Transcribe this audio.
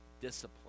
discipline